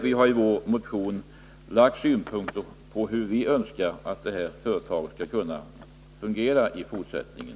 Vi har i vår motion lagt fram synpunkter på hur vi önskar att detta företag skall fungera i fortsättningen.